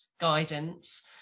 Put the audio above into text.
guidance